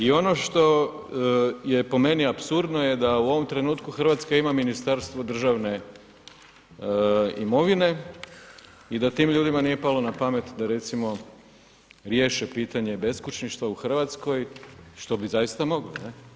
I ono što je po meni apsurdno je da u ovom trenutku Hrvatska ima Ministarstvo državne imovine, i da tim ljudima nije palo na pamet da recimo, riješe pitanje beskućništva u Hrvatskoj, što bi zaista mogli, ne.